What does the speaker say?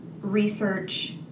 research